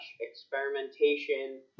experimentation